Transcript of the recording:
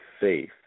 faith